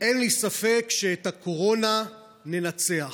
אין לי ספק שאת הקורונה ננצח.